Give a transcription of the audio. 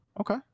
okay